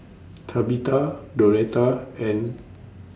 Tabitha Doretta and